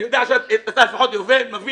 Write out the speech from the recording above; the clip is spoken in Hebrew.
אני יודע שאתה לפחות מבין.